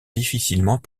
difficilement